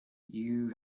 you